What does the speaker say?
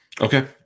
Okay